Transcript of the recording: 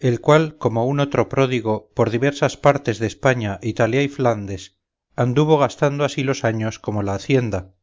el cual como un otro pródigo por diversas partes de españa italia y flandes anduvo gastando así los años como la hacienda